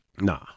Nah